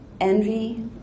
Envy